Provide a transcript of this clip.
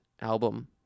album